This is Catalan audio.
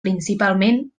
principalment